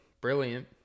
brilliant